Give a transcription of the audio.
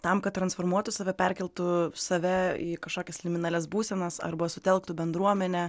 tam kad transformuotų save perkeltų save į kažkokias nominalias būsenas arba sutelktų bendruomenę